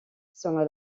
selon